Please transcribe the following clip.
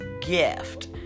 gift